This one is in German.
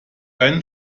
einen